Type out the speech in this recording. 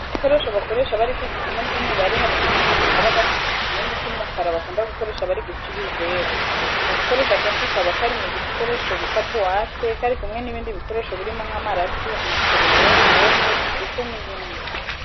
Bimwe mu bikoresho bakoresha bari kwiga isomo ry'imibare harimo akuma kaba gafite ikirindi cy'umukara bakunda gukoresha bari guca ibizeru. Aka gakoresho akenshi kaba kari mu gikoresho bita buwate kari kumwe n'ibindi bikoresho birimo nk'amarati, amakereyo, gome ndetse n'ibindi.